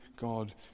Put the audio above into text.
God